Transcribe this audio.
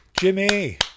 Jimmy